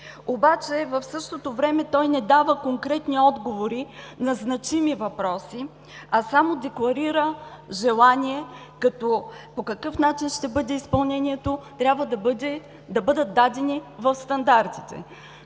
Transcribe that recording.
В същото време обаче той не дава конкретни отговори на значими въпроси, а само декларира желание, като по какъв начин ще бъде изпълнението – трябва да бъде дадено в стандартите.